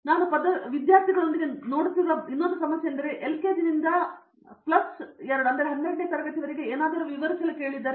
ನಾನು ಪದವೀಧರರಾಗಿರುವ ವಿದ್ಯಾರ್ಥಿಗಳೊಂದಿಗೆ ನಾನು ನೋಡುತ್ತಿರುವ ಸಮಸ್ಯೆಯೆಂದರೆ ನಾನು ಎಲ್ಕೆಜಿ ನಿಂದ ಪ್ಲಸ್ ಎರಡುಗೆ ಏನನ್ನಾದರೂ ವಿವರಿಸಲು ಕೇಳಿದರೆ